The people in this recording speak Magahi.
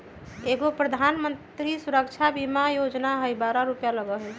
एगो प्रधानमंत्री सुरक्षा बीमा योजना है बारह रु लगहई?